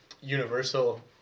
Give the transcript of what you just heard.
universal